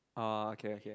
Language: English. orh okay okay